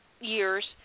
years